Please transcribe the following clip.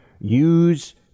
use